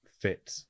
fit